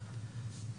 בסדר.